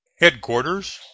headquarters